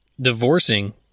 divorcing